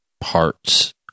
parts